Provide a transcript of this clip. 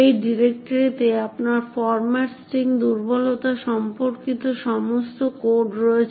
এই ডিরেক্টরিতে আপনার ফর্ম্যাট স্ট্রিং দুর্বলতা সম্পর্কিত সমস্ত কোড রয়েছে